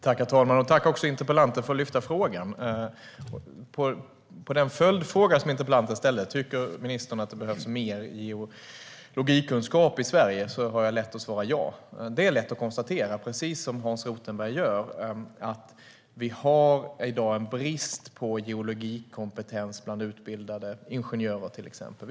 Herr talman! Tack till interpellanten för att han lyfter frågan! På den följdfråga som interpellanten ställer, det vill säga om jag tycker att det behövs mer geologikunskap i Sverige, har jag lätt att svara ja. Det är lätt att konstatera, precis som Hans Rothenberg gör, att vi i dag har en brist på geologikompetens bland till exempel utbildade ingenjörer.